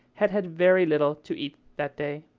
had had very little to eat that day.